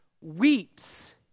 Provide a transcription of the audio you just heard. weeps